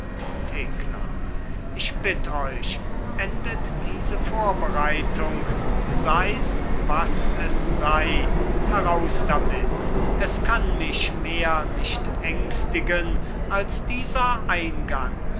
thekla ich bitt euch endet diese vorbereitung seis was es sei heraus damit es kann mich mehr nicht ängstigen als dieser eingang